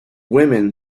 women